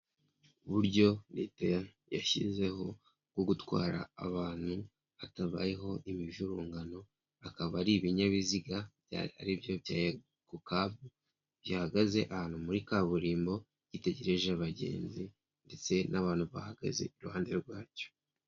Uburyo leta yashyizeho bwo gutwara abantu hatabayeho imivurungano, akaba ari ibinyabiziga, ari byo bya yegokabu, bihagaze ahantu muri kaburimbo, bitegereje abagenzi, ndetse n'abantu bahagaze iruhande rwacyo.